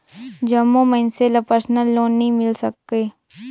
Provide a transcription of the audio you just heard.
जम्मो मइनसे ल परसनल लोन नी मिल सके